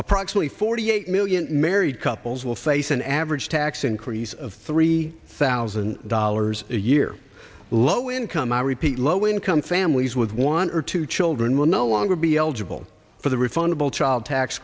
approximately forty eight million married couples will face an average tax increase of three thousand dollars a year low income i repeat low income families with one or two children will no longer be eligible for the refundable